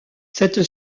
cette